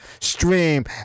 stream